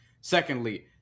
secondly